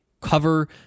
cover